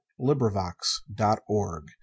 LibriVox.org